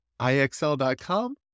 IXL.com